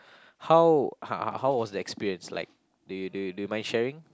how how how was the experience like do you do you do you mind sharing